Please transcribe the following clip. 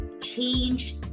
change